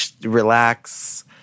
relax